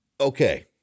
Okay